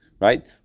right